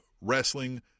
wrestling